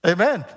Amen